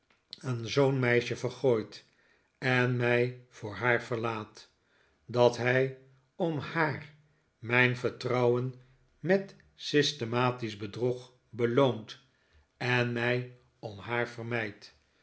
aan zoo'n meisje vergooit en mij voor haar verlaat dat hij om haar mijn vertrouwen met systematisch bedrog beloont en mij om haar vermijdt